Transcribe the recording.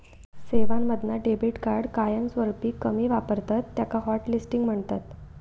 सेवांमधना debit card कायमस्वरूपी कमी वापरतत त्याका हॉटलिस्टिंग म्हणतत